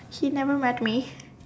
he never met me